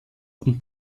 und